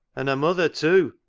and her mother too,